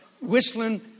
whistling